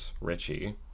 Richie